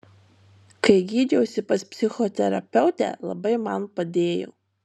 kai gydžiausi pas psichoterapeutę labai man padėjo